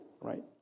right